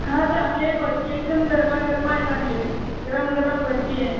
हा चांगले भजी एकदम गरमागरम आहे चांगले गरम गरम भजी आहे